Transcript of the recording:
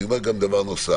אני אומר גם דבר נוסף,